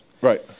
Right